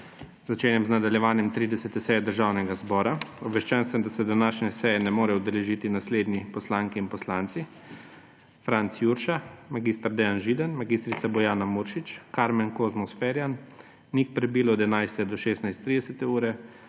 Začenjam nadaljevanje 30. seje Državnega zbora. Obveščen sem, da se današnje seje ne morejo udeležiti naslednje poslanke in poslanci: